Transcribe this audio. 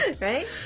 Right